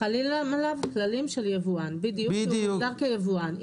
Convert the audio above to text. חלים עליו כללים של יבואן בדיוק כשהוא מוגדר כיבואן.